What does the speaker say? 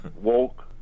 woke